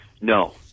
No